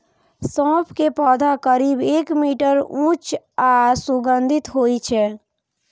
सौंफ के पौधा करीब एक मीटर ऊंच आ सुगंधित होइ छै